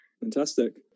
fantastic